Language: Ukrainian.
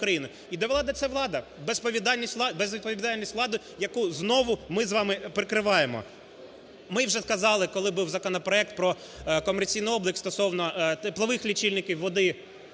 І де влада, це влада. Безвідповідальність влади, яку знову ми з вами прикриваємо. Ми вже сказали, коли був проект про комерційний облік стосовно теплових лічильників, води.